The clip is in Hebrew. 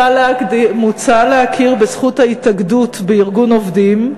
מוצע להכיר בהתאגדות בארגון עובדים,